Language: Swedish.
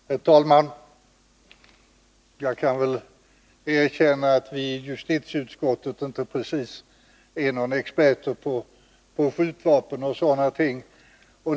Herr talman! Jag kan väl erkänna att vi i justitieutskottet inte precis är några experter på skjutvapen och sådana ting.